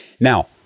Now